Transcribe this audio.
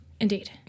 indeed